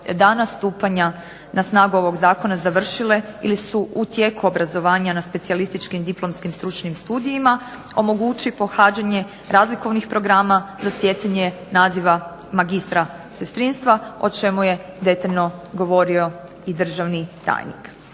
dana stupanja na snagu ovog zakona završile ili su u tijeku obrazovanja na specijalističkim diplomskim stručnim studijima omogući pohađanje razlikovnih programa za stjecanje naziva magistra sestrinstva o čemu je detaljno govorio i državni tajnik.